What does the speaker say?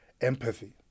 empathy